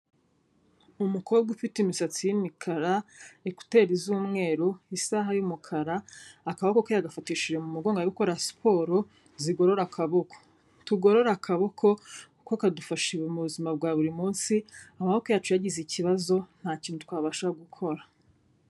Ni umukobwa ufite imisatsi y'imikara, ekuteri z'umweru, isaha y'umukara, akabokoke yagafatishije mu mugongo ari gukora siporo zigorora akaboko. Tugorore akaboko kuko kadufasha imirimo mu buzima bwa buri munsi, amaboko yacu yagize ikibazo nta kintu twabasha gukora.